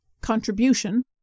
Contribution